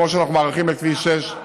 כמו שאנחנו מאריכים את כביש 6,